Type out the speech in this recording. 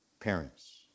parents